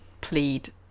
plead